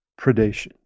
predation